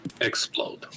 explode